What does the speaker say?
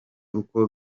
uko